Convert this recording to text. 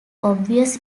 obvious